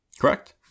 correct